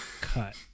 cut